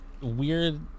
weird